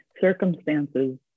circumstances